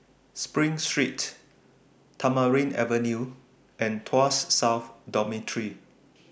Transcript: SPRING Street Tamarind Avenue and Tuas South Dormitory